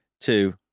two